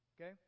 Okay